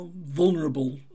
vulnerable